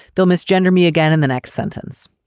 they'll miss gender me again in the next sentence.